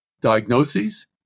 diagnoses